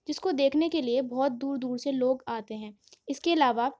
جس کو دیکھنے کے لیے بہت دور دور سے لوگ آتے ہیں اس کے علاوہ